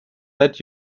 let